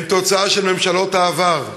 הם תוצאה של ממשלות העבר.